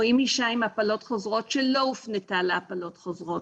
רואים אישה עם הפלות חוזרות שלא הופנתה להפלות חוזרות